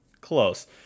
Close